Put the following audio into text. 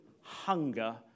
hunger